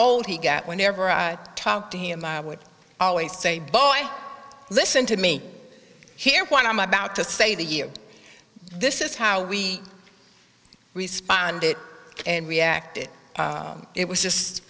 old he got whenever i talk to him i would always say boy listen to me here when i'm about to say the year this is how we responded and reacted it was just